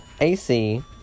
AC